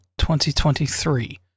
2023